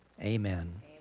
amen